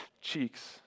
cheeks